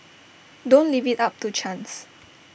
don't leave IT up to chance